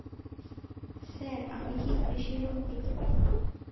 Sir আমি কি কৃষি লোন পেতে পারি?